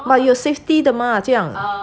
but 有 safety 的吗这样